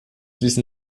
ließen